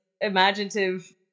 imaginative